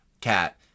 Cat